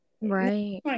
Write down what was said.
right